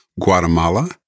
Guatemala